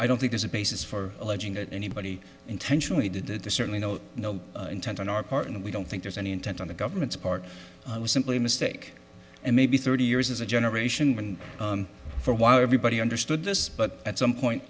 i don't think there's a basis for alleging that anybody intentionally did that the certainly no no intent on our part and we don't think there's any intent on the government's part was simply a mistake and maybe thirty years is a generation when for a while everybody understood this but at some point